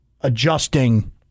adjusting